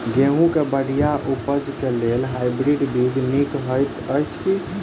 गेंहूँ केँ बढ़िया उपज केँ लेल हाइब्रिड बीज नीक हएत अछि की?